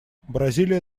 бразилия